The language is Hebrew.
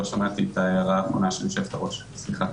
לא שמעתי את ההערה האחרונה של היושבת-ראש, סליחה.